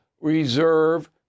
reserve